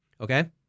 okay